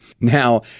Now